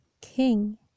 King